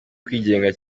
kwigenga